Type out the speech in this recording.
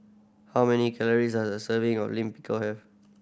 how many calories does a serving of Lime Pickle have